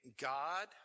God